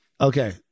Okay